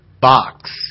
box